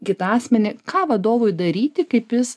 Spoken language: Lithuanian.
kitą asmenį ką vadovui daryti kaip jis